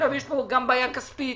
יש כאן גם בעיה כספית